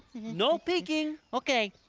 no peeking. okay.